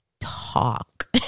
talk